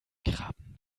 krabben